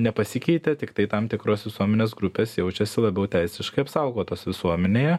nepasikeitė tiktai tam tikros visuomenės grupės jaučiasi labiau teisiškai apsaugotos visuomenėje